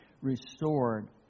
restored